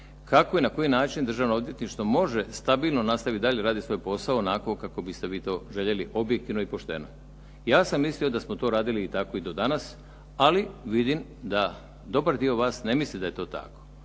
kako i na koji način Državno odvjetništvo može stabilno nastaviti dalje raditi svoj posao onako kako biste vi to željeli objektivno i pošteno. Ja sam mislio da smo to radili tako i do danas, ali vidim da dobar dio vas ne misli da je to tako.